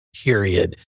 period